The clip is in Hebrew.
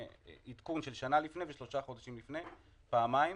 עדכון של שנה לפני ושלושה חודשים לפני, פעמיים.